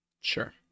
sure